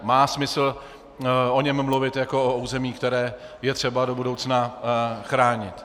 Má smysl o něm mluvit jako o území, které je třeba do budoucna chránit.